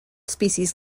species